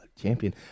champion